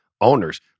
owners